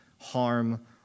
harm